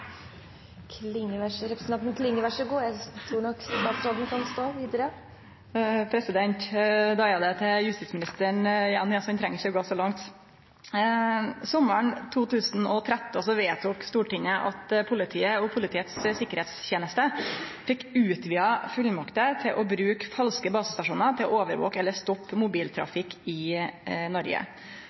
til justisministeren igjen, ja, så han treng ikkje å gå så langt! Sommaren 2013 vedtok Stortinget at politiet og Politiets sikkerheitsteneste fekk utvida fullmakter til å bruke falske basestasjonar til å overvake eller stoppe mobiltrafikk i